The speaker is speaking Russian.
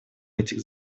этих